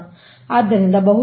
ಆದ್ದರಿಂದ ಬಹುಶಃ 0